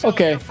Okay